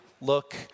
look